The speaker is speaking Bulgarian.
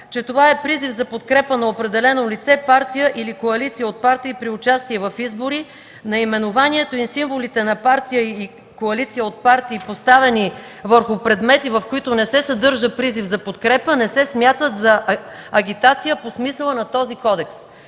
че това: „...е призив за подкрепа на определено лице, партия или коалиция от партии при участие в избори. Наименованието и символите на партия и коалиция от партии, поставени върху предмети, в които не се съдържа призив за подкрепа, не се смятат за агитация по смисъла на този кодекс”.